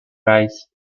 rice